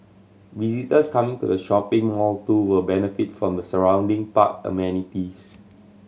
visitors coming to the shopping mall too will benefit from the surrounding park amenities